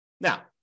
Now